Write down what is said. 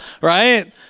right